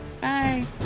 bye